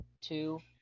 two